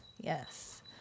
Yes